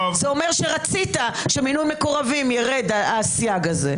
זה אומר שרצית שירד הסייג הזה של מינוי מקורבים.